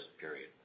period